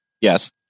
Yes